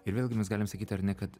ir vėlgi mes galim sakyti ar ne kad